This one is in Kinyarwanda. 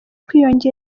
kwiyongera